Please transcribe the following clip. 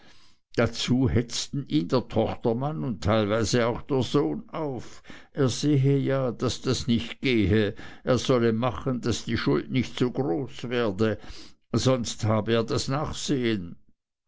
dazu hetzten ihn der tochtermann und teilweise auch der sohn auf er sehe ja daß das nicht gehe er solle machen daß die schuld nicht zu groß werde sonst habe er das leere nachsehen